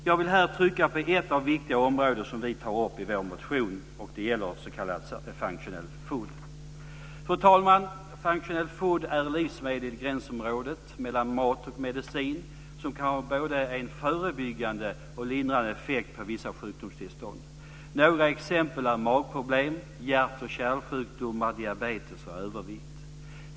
Jag vill här trycka på ett viktigt område som vi tar upp i vår motion, och det gäller s.k. functional food. Fru talman! Functional food är livsmedel i gränsområdet mellan mat och medicin som kan ha en både förebyggande och lindrande effekt på vissa sjukdomstillstånd. Några exempel är magproblem, hjärtoch kärlsjukdomar, diabetes och övervikt.